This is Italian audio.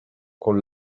con